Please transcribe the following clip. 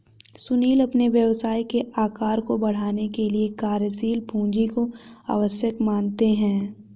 सुनील अपने व्यवसाय के आकार को बढ़ाने के लिए कार्यशील पूंजी को आवश्यक मानते हैं